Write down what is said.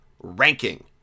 ranking